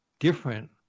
Different